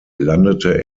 landete